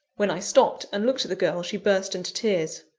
when i stopped and looked at the girl, she burst into tears.